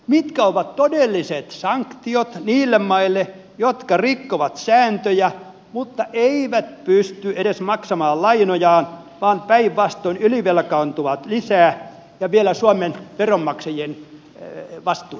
mitkä ovat todelliset sanktiot niille maille jotka rikkovat sääntöjä mutta eivät pysty edes maksamaan lainojaan vaan päinvastoin ylivelkaantuvat lisää ja vielä suomen veronmaksajien vastuilla ja takuilla